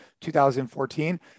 2014